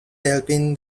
helping